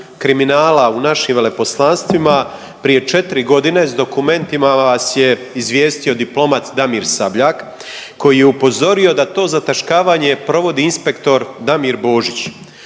kriminala u našim veleposlanstvima prije 4.g. s dokumentima vas je izvijestio diplomat Damir Sabljak koji je upozorio da to zataškavanje provodi inspektor Damir Božić.